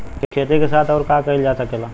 खेती के साथ अउर का कइल जा सकेला?